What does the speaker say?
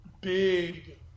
big